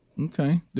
Okay